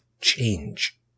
change